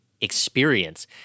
experience